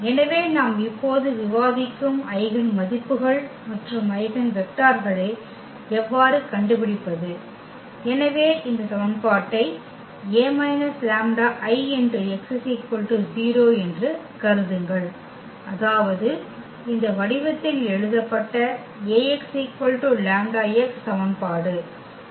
எனவே நாம் இப்போது விவாதிக்கும் ஐகென் மதிப்புகள் மற்றும் ஐகென் வெக்டர்களை எவ்வாறு கண்டுபிடிப்பது எனவே இந்த சமன்பாட்டை A − λIx 0 என்று கருதுங்கள் அதாவது இந்த வடிவத்தில் எழுதப்பட்ட Ax λx சமன்பாடு